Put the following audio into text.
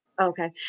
okay